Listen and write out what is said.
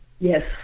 yes